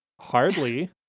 Hardly